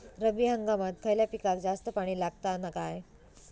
रब्बी हंगामात खयल्या पिकाक जास्त पाणी लागता काय?